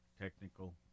Technical